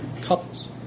couples